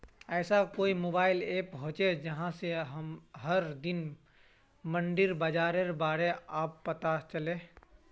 ऐसा कोई mobile app होचे जहा से हर दिन मंडीर बारे अपने आप पता चले?